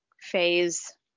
phase